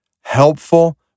helpful